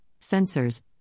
sensors